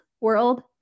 world